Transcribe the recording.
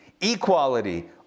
Equality